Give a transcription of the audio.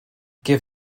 give